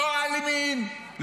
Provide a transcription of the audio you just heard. לא האלימים,